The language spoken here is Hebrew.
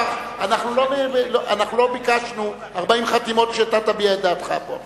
אנחנו לא ביקשנו 40 חתימות כדי שאתה תביע את דעתך פה עכשיו.